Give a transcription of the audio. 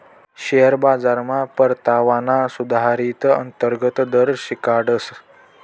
share बाजारमा परतावाना सुधारीत अंतर्गत दर शिकाडतस